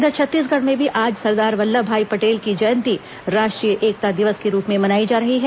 इधर छत्तीसगढ़ में भी आज सरदार वल्लभ भाई पटेल की जयंती राष्ट्रीय एकता दिवस के रूप में मनाई जा रही है